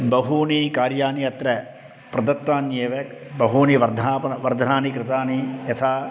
बहूनि कार्याणि अत्र प्रदत्तान्येव बहूनि वर्धापनं वर्धनानि कृतानि यथा